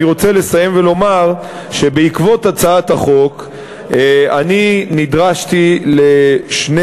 אני רוצה לסיים ולומר שבעקבות הצעת החוק אני נדרשתי לשני